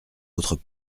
autres